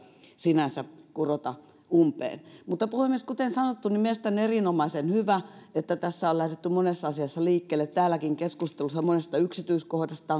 sinänsä kurota umpeen mutta puhemies kuten sanottu mielestäni on erinomaisen hyvä että tässä on lähdetty monessa asiassa liikkeelle täälläkin keskustelussa monesta yksityiskohdasta